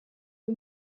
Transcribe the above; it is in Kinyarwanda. uyu